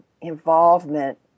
involvement